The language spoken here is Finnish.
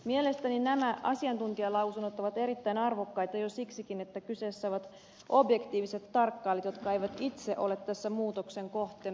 mielestäni nämä asiantuntijalausunnot ovat erittäin arvokkaita jo siksikin että kyseessä ovat objektiiviset tarkkailijat jotka eivät itse ole tässä muutoksen kohteena